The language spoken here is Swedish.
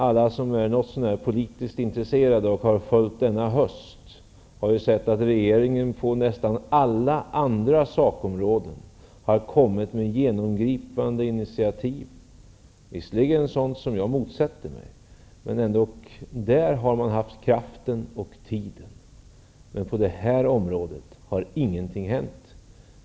Alla som är något så när politiskt intresserade och som har följt utvecklingen denna höst har sett att regeringen på nästan alla andra sakområden har tagit genomgripande initiativ -- visserligen har det handlat om sådant som jag motsätter mig, men ändå. På andra områden har man haft både kraft och tid. Men på det här området har ingenting hänt.